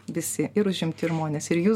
visi ir užimti žmonės ir jūs